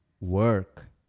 work